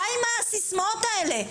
די עם הסיסמאות האלה.